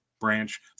Branch